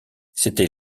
c’était